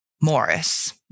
Morris